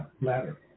Ladder